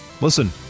listen